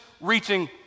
reaching